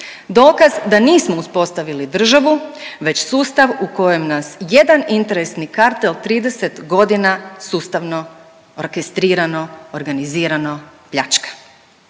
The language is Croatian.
Dokaz da nismo uspostavili državu već sustav u kojem nas jedan interesni kartel 30 godina sustavno, orkestrirano, organizirano pljačka.